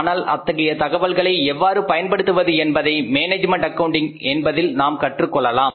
ஆனால் அத்தகைய தகவல்களை எவ்வாறு பயன்படுத்துவது என்பதை மேனேஜ்மெண்ட் அக்கவுண்ட் என்பதில் நாம் கற்றுக்கொள்ளலாம்